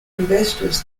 investors